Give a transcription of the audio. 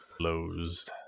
closed